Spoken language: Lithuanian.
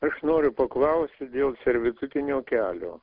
aš noriu paklausti dėl servitutinio kelio